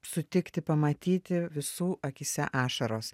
sutikti pamatyti visų akyse ašaros